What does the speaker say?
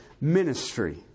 Ministry